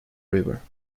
river